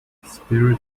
spirit